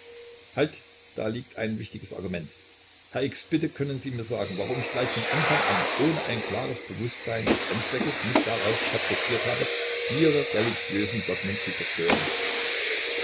halt da liegt ein wichtiges argument herr x bitte können sie mir sagen warum ich gleich von anfang an ohne ein klares bewußtsein des endzweckes mich drauf kapriziert habe ihre religiösen dogmen zu zerstören